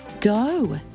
go